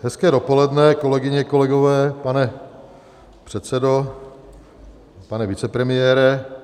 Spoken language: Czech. Hezké dopoledne, kolegyně, kolegové, pane předsedo, pane vicepremiére.